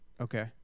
Okay